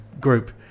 group